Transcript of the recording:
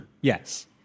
Yes